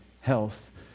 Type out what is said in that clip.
health